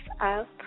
up